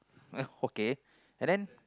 okay and then